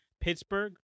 Pittsburgh